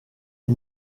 est